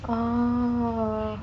orh